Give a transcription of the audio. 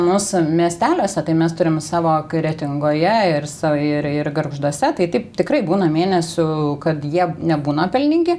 mus miesteliuose tai mes turim savo kretingoje ir sau ir ir gargžduose tai taip tikrai būna mėnesių kad jie nebūna pelningi